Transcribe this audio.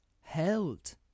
held